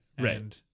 right